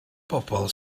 bobl